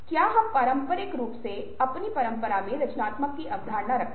क्या हम पारंपरिक रूप से अपनी परंपरा में रचनात्मकता की अवधारणा रखते हैं